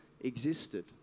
existed